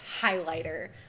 highlighter